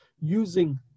using